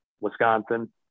Wisconsin